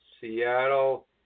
Seattle